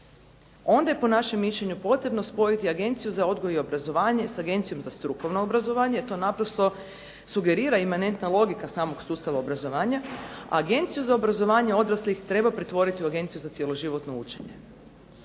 onda je po našem mišljenju potrebno spojiti Agenciju za odgoj i obrazovanje s Agencijom za strukovno obrazovanje jer to naprosto sugerira imanentna logika samog sustava obrazovanja a Agenciju za obrazovanje odraslih treba pretvoriti u agenciju za cjeloživotno učenje.